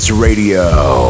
Radio